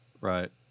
Right